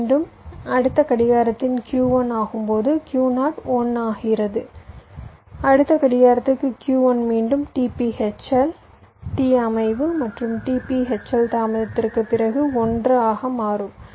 மீண்டும் அடுத்த கடிகாரத்தில் Q1 ஆகும்போது Q0 1 ஆகிறது அடுத்த கடிகாரத்தில் Q1 மீண்டும் t p hl t அமைவு மற்றும் t p hl தாமதத்திற்குப் பிறகு 1 ஆக மாறும்